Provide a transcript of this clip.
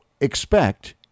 expect